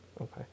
Okay